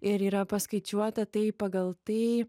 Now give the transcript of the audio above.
ir yra paskaičiuota tai pagal tai